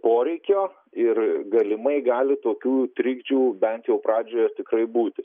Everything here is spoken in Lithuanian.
poreikio ir galimai gali tokių trikdžių bent jau pradžioje tikrai būti